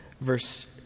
Verse